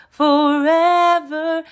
forever